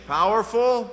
powerful